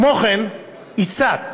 כמו כן, הצעת